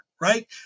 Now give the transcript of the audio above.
Right